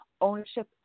Ownership